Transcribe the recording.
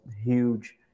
huge